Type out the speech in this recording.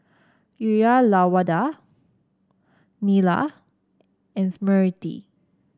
Uyyalawada Neila and Smriti